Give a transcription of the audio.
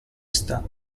sta